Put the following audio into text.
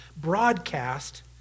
broadcast